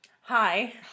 Hi